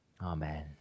Amen